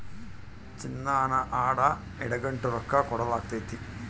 ಚಿನ್ನಾನ ಅಡ ಇಟಗಂಡು ರೊಕ್ಕ ಕೊಡಲಾಗ್ತತೆ